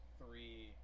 three